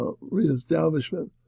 reestablishment